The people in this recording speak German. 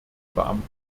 beamte